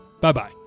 Bye-bye